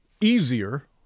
easier